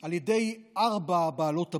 על ידי ארבע בעלות הברית: